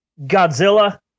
Godzilla